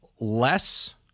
less